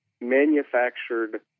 manufactured